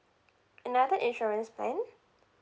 another insurance plan